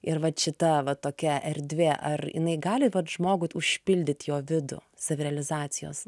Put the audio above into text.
ir vat šita va tokia erdvė ar jinai gali vat žmogui užpildyt jo vidų savirealizacijos